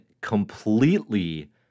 completely